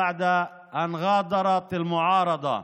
עכשיו התחילו הדיונים סביב חוק החשמל לאחר שהאופוזיציה,